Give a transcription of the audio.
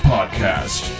Podcast